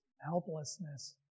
helplessness